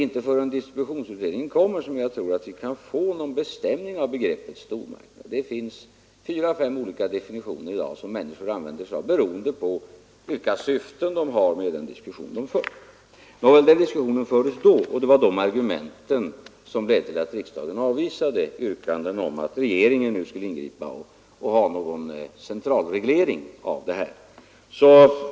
Inte förrän distributionsutredningen har framlagt sitt förslag tror jag att vi kan få någon bestämning av begreppet stormarknad. Det finns i dag fyra å fem olika definitioner som man använder sig av beroende på vilket syfte var och en har med den diskussion som förs. Det var dessa argument som gjorde att riksdagen avvisade yrkanden om att regeringen nu skulle ingripa med en central reglering på detta område.